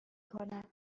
کند